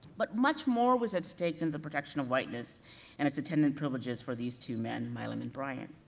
but much more was at stake than the protection of whiteness and its intendant privileges for these two men, milam and bryant.